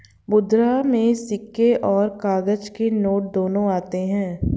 मुद्रा में सिक्के और काग़ज़ के नोट दोनों आते हैं